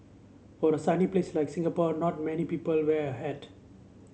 for a sunny place like Singapore not many people wear a hat